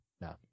No